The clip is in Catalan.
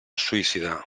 suïcidar